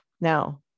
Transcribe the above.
Now